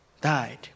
died